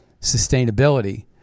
sustainability